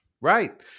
right